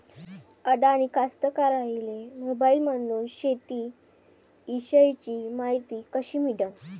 अडानी कास्तकाराइले मोबाईलमंदून शेती इषयीची मायती कशी मिळन?